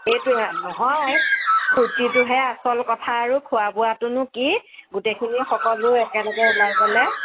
সেইটোৱেই নহয় ফূৰ্টিটোহে আচল কথা আৰু খোৱা বোৱাতোনো কি গোটেইখিনিয়ে সকলোৱে একেলগে ওলাই গ'লে